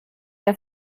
der